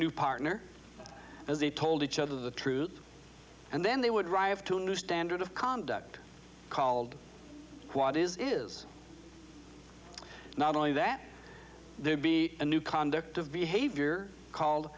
new partner as they told each other the truth and then they would arrive to a new standard of conduct called what is it is not only that there be a new conduct of behavior called